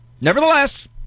Nevertheless